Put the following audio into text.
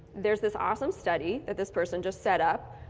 there's this awesome study that this person just set up,